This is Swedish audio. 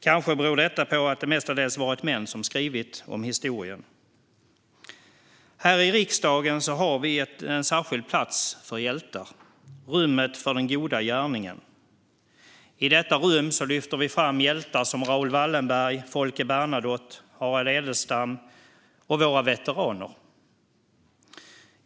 Kanske beror detta på att det mestadels varit män som skrivit historien. Här i riksdagen har vi en särskild plats för hjältar, De goda gärningarnas rum. I detta rum lyfter vi fram hjältar som Raoul Wallenberg, Folke Bernadotte, Harald Edelstam och våra veteraner.